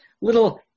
little